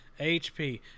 HP